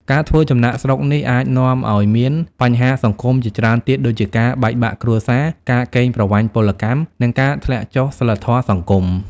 ការធ្វើចំណាកស្រុកនេះអាចនាំឱ្យមានបញ្ហាសង្គមជាច្រើនទៀតដូចជាការបែកបាក់គ្រួសារ ការកេងប្រវ័ញ្ចពលកម្ម និងការធ្លាក់ចុះសីលធម៌សង្គម។